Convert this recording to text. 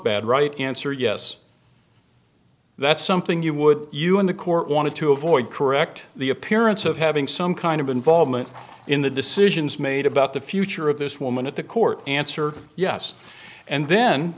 bad right answer yes that's something you would you in the court wanted to avoid correct the appearance of having some kind of involvement in the decisions made about the future of this woman at the court answer yes and then